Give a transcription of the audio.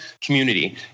community